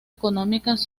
económicas